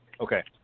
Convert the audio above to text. Okay